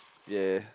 ya